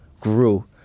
grew